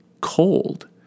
cold